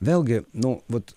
vėlgi nu vat